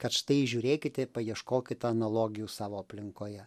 kad štai žiūrėkite paieškokite analogijų savo aplinkoje